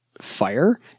fire